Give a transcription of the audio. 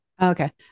Okay